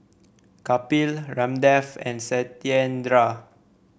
Kapil Ramdev and Satyendra